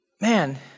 Man